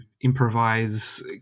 improvise